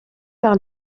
par